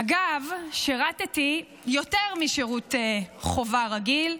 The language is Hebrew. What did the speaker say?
אגב, שירתי יותר משירות חובה רגיל.